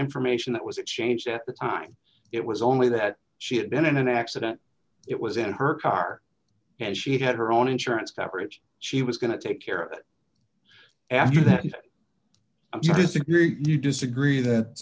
information that was exchanged at the time it was only that she had been in an accident it was in her car and she had her own insurance coverage she was going to take care of it after that if you disagree